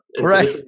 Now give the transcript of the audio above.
Right